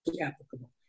applicable